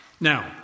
Now